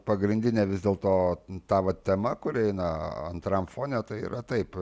pagrindinė vis dėlto ta va tema kuri eina antram fone tai yra taip